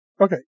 Okay